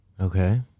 Okay